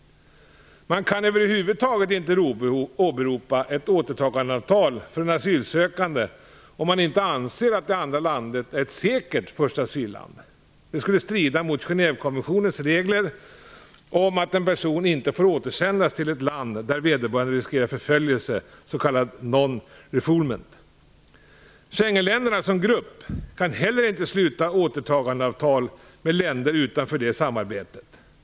Man kan över huvud taget inte åberopa ett återtagandeavtal för en asylsökande om man inte anser att det andra landet är ett säkert första asylland. Det skulle strida mot Genèvekonventionens regler om att en person inte får återsändas till ett land där vederbörande riskerar förföljelse, s.k. non-refoulement. Schengenländerna som grupp kan heller inte sluta återtagandeavtal med länder utanför det samarbetet.